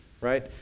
right